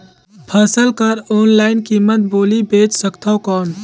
फसल कर ऑनलाइन कीमत बोली बेच सकथव कौन?